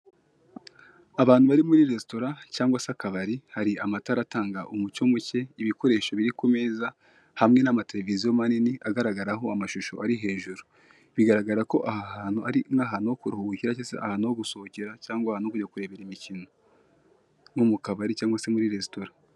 Abantu bari muri resitora cyangwa se akabari hari amatara atanga umucyo muke ibikoresho biri kumeza hamwe n'amatereviziyo manini agaragaraho amashusho ari hejuru, bigaragara ko aha hantu ari nk'ahantu ho kuruhukira cyangwa se gusohokera cyangwa ahantu ho kujya kurebera imikino nko mukabari cyangwa resitora.